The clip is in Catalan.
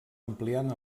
ampliant